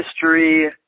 history